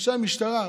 מאנשי המשטרה?